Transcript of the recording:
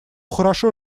хорошо